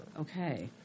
Okay